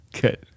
Good